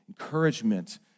encouragement